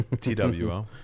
TWO